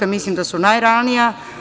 Mislim da su najrealnija.